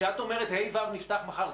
כשאת אומרת ה'-ו' נפתח מחר,